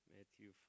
Matthew